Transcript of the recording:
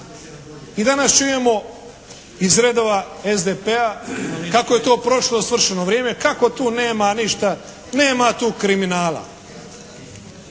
I danas čujemo iz redova SDP-a kako je to prošlo svršeno vrijeme, kako tu nema ništa, nema tu kriminala.